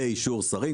באישור שרים,